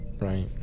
Right